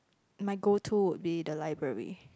my go to will be the library